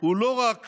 הוא לא רק